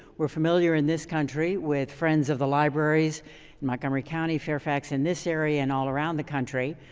we're familiar in this country with friends of the libraries in montgomery county, fairfax in this area and all around the country.